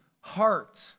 heart